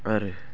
आरो